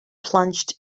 plunged